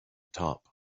top